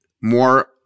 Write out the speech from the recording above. more